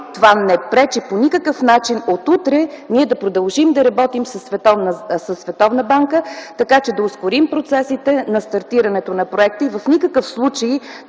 това не пречи по никакъв начин от утре да продължим да работим със Световната банка, така че да ускорим процесите на стартирането на проекта. В никакъв случай